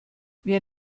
wer